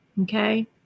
Okay